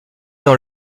dans